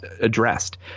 Addressed